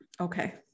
okay